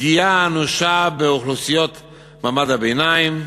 פגיעה אנושה באוכלוסיות מעמד הביניים,